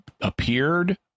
appeared